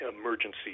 emergency